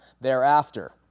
thereafter